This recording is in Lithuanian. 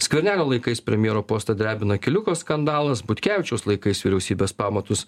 skvernelio laikais premjero postą drebina keliuko skandalas butkevičiaus laikais vyriausybės pamatus